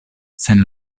sen